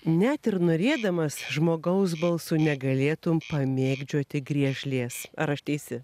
net ir norėdamas žmogaus balsu negalėtum pamėgdžioti griežlės ar aš teisi